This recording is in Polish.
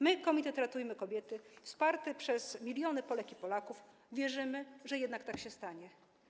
My, komitet „Ratujmy kobiety”, wsparty przez miliony Polek i Polaków, wierzymy, że jednak tak się stanie.